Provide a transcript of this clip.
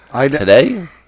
today